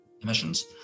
emissions